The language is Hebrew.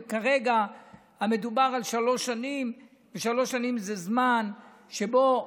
כרגע מדובר על שלוש שנים, ושלוש שנים זה זמן שבו